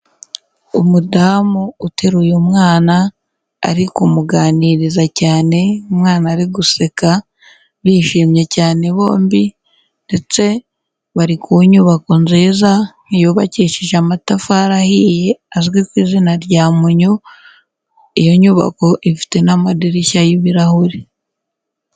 Umudamu uteruye umwana ari kumuganiriza cyane umwana ari guseka, bishimye cyane bombi ndetse bari ku nyubako nziza yubakishije amatafari ahiye azwi ku izina rya munyu, iyo nyubako ifite n'amadirishya y'ibirahuri.